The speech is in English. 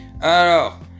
Alors